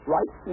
Right